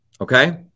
Okay